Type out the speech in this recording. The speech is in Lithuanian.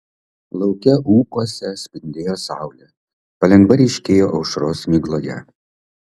lauke ūkuose spindėjo saulė palengva ryškėjo aušros migloje